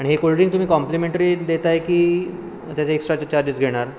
आणि हे कोल्ड्रिंक तुम्ही कॉम्प्लिमेंटरी देताय की त्याचे एक्सट्राचे चार्जेस घेणार